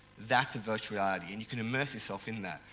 that's a virtual reality and you can immerse yourself in that.